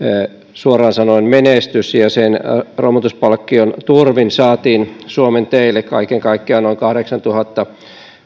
suoraan sanoen menestys ja sen romutuspalkkion turvin saatiin suomen teille kaiken kaikkiaan noin kahdeksantuhatta